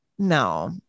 No